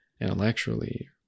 intellectually